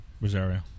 Rosario